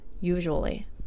usually